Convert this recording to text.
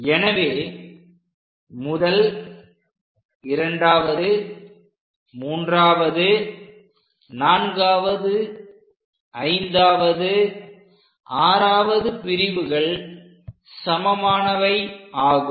எனவே முதல் இரண்டாவது மூன்றாவது நான்காவது ஐந்தாவது ஆறாவது பிரிவுகள் சமமானவை ஆகும்